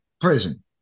prison